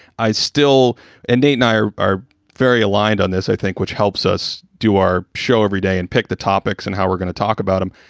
i still and date night are very aligned on this, i think, which helps us do our show every day and pick the topics and how we're gonna talk about them.